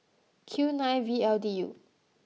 Q nine V L D U